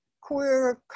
queer